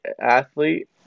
athlete